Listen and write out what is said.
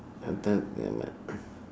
sometime nevermind